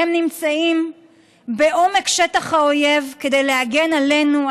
הם נמצאים בעומק שטח האויב כדי להגן עלינו,